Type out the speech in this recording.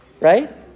right